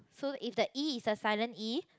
so if the E is a silent E